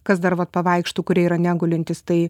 kas dar vat pavaikšto kurie yra negulintys tai